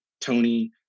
Tony